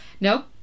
No